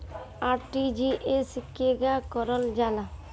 RTGS केगा करलऽ जाला?